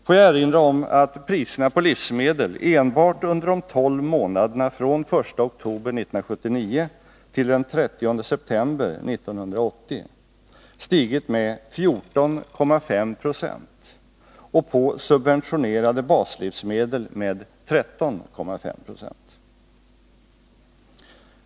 Får jag erinra om att priserna på livsmedel enbart under de tolv månaderna från den 1 oktober 1979 till den 30 september 1980 stigit med 14,5 90 och på subventionerade baslivsmedel med 13,5 90.